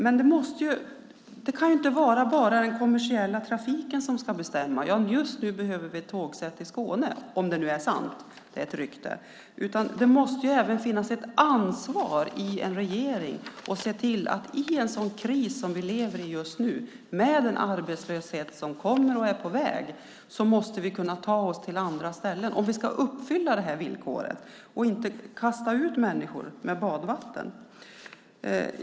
Men det kan ju inte vara bara den kommersiella trafiken som ska bestämma: Bara för att det just nu behövs ett tågsätt i Skåne - om det nu är sant; det är ett rykte - får man ju inte ta bort ett tågsätt någon annanstans utan vidare. Det måste även finnas ett ansvar i en regering för att se till att vi i en sådan kris som vi nu lever i, med en arbetslöshet som kommer, måste kunna ta oss till andra ställen. Annars kan vi inte uppfylla villkoret. Då kastar man ut människor med badvattnet.